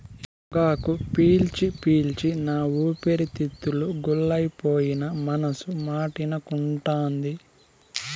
ఈ పొగాకు పీల్చి పీల్చి నా ఊపిరితిత్తులు గుల్లైపోయినా మనసు మాటినకుంటాంది